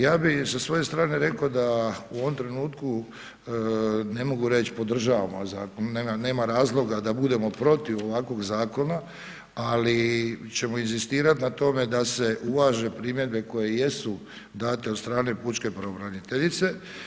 Ja bih sa svoje strane rekao, da u ovom trenutku, ne mogu reći podržavamo ovaj zakon, nema razloga da budemo protiv ovakvog zakona, ali ćemo inzistirati na tome da se uvaže primjedbe koje jesu date od strane Pučke pravobraniteljice.